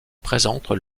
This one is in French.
présentent